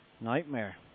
Nightmare